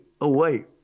away